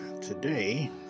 today